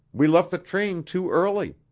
we left the train too early.